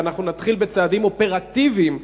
ואנחנו נתחיל בצעדים אופרטיביים,